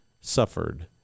suffered